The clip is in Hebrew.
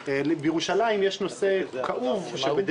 מי